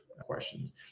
questions